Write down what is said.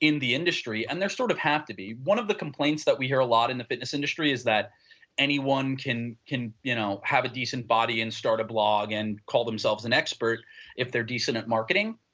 in the industry and there sort of have to be. one of the complaints that we hear a lot in the fitness industry is that anyone can can you know have a decent body and start a block and called themselves an expert if they are decent at marketing.